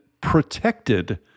protected